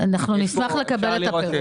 אנחנו נשמח לקבל את הפירוט.